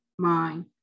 mind